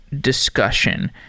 discussion